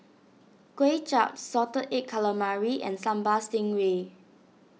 Kway Chap Salted Egg Calamari and Sambal Stingray